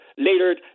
Later